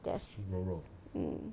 there's mm